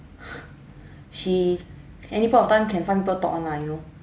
she any point of time can find people talk one ah you know